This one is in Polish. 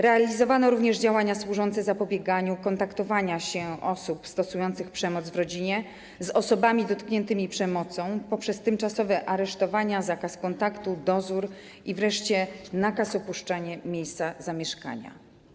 Realizowano również działania służące zapobieganiu kontaktowaniu się osób stosujących przemoc w rodzinie z osobami dotkniętymi przemocą poprzez tymczasowe aresztowania, zakaz kontaktu, dozór i wreszcie nakaz opuszczenia miejsca zamieszkania.